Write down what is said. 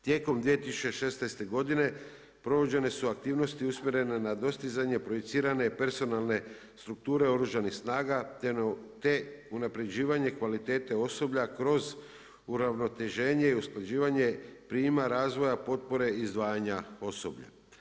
Tijekom 2016. godine, provođene su aktivnosti usmjerene na dostizanje projicirane personalne strukture Oružanih snaga, te unaprjeđivanje kvalitete osoblja kroz uravnoteženje i usklađivanje primarnih razvoja potpore i izdvajanja osoblja.